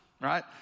right